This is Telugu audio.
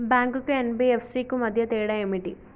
బ్యాంక్ కు ఎన్.బి.ఎఫ్.సి కు మధ్య తేడా ఏమిటి?